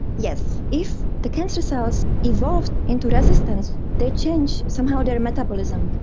yes if the cancer cells evolved into resistance, they changed somehow their metabolism.